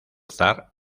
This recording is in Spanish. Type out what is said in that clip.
zar